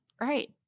Right